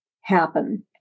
happen